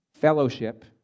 fellowship